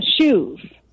Shoes